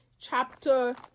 chapter